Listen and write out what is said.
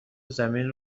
زمین